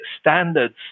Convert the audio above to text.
standards